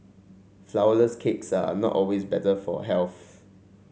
flourless cakes are not always better for health